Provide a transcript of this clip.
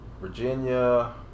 Virginia